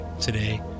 today